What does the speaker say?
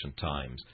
times